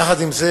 יחד עם זה,